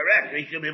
correct